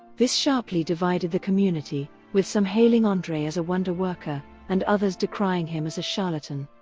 this sharply divided the community, with some hailing andre as wonder worker and others decrying him as a charlatan.